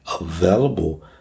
available